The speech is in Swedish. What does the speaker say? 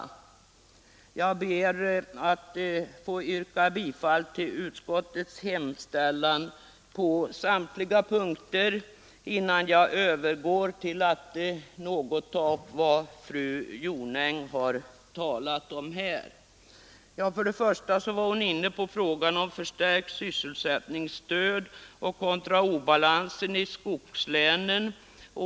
Jag ber att få yrka bifall till utskottets hemställan på samtliga punkter, innan jag övergår till att något ta upp vad fru Jonäng har talat om här. Först och främst var fru Jonäng inne på frågan om förstärkt sysselsättningsstöd kontra obalansen i skogslänen.